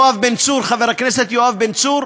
חבר הכנסת יואב בן צור,